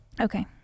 Okay